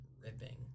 ripping